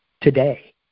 today